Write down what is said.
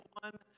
one